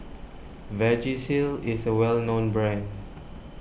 Vagisil is a well known brand